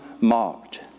mocked